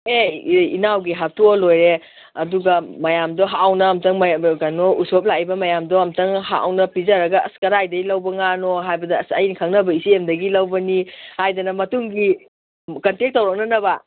ꯑꯦ ꯏꯅꯥꯎꯒꯤ ꯍꯥꯞꯇꯣꯛꯑ ꯂꯣꯏꯔꯦ ꯑꯗꯨꯒ ꯃꯌꯥꯝꯗꯨ ꯍꯥꯎꯅ ꯑꯝꯇ ꯃꯌꯥꯝꯗ ꯀꯩꯅꯣ ꯎꯁꯣꯞ ꯂꯥꯛꯏꯕ ꯃꯌꯥꯝꯗꯣ ꯑꯝꯇ ꯍꯥꯎꯅ ꯄꯤꯖꯔꯒ ꯑꯁ ꯀꯔꯥꯏꯗꯒꯤ ꯂꯧꯕ ꯉꯥꯅꯣ ꯍꯥꯏꯕꯗ ꯑꯁ ꯑꯩꯅ ꯈꯪꯅꯕ ꯏꯆꯦ ꯑꯃꯗꯒꯤ ꯂꯧꯕꯅꯤ ꯍꯥꯏꯗꯅ ꯃꯇꯨꯡꯒꯤ ꯀꯟꯇꯦꯛ ꯇꯧꯔꯛꯅꯅꯕ